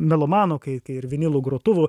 melomanų kai ir vinilų grotuvų